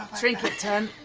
trinket, hon.